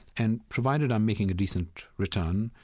and provided i'm making a decent return,